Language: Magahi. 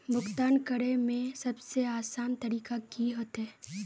भुगतान करे में सबसे आसान तरीका की होते?